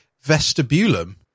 vestibulum